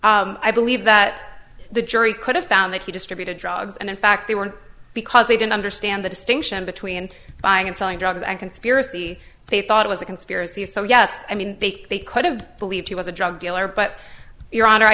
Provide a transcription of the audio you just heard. question i believe that the jury could have found that he distributed drugs and in fact they were because they didn't understand the distinction between buying and selling drugs and conspiracy they thought it was a conspiracy so yes i mean they think they could have believed he was a drug dealer but your honor i